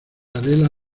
adela